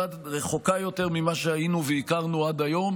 רחוקה יותר ממה שהיינו והכרנו עד היום,